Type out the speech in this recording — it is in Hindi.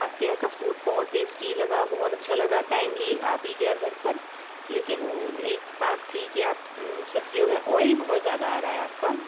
आपके यहाँ का फ़ूड बहुत टेस्टी लगा बहुत अच्छा लगा टाइमली आ भी गया घर पर लेकिन एक बात थी कि आप सब्ज़ियों में ऑइल बहोत ज़्यादा आ रहा है आपका